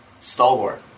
Stalwart